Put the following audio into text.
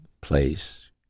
place